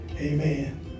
Amen